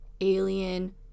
alien